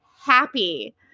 happy